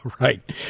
right